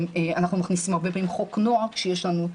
אנחנו מכניסים הרבה פעמים חוק נוער שיש לנו,